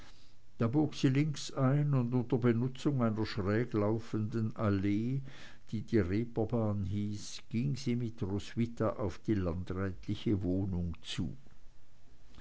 da bog sie links ein und unter benutzung einer schräglaufenden allee die die reeperbahn hieß ging sie mit roswitha auf die landrätliche wohnung zu